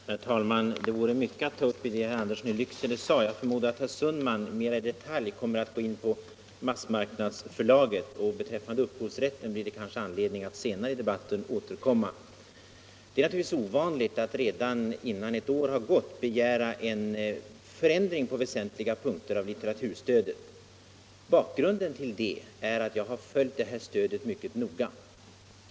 Herr talman! Det vore mycket att ta upp i det som herr Andersson i Lycksele sade. Jag förmodar att herr Sundman mera i detalj kommer att gå in på frågan om massmarknadsförlaget, och beträffande upphovsrätten blir det kanske anledning att återkomma senare i debatten. Det är naturligtvis ett ovanligt förfarande att redan innan ett år har gått begära en förändring på väsentliga punkter av litteraturstödet. Bakgrunden är att jag har följt detta stöd mycket noga.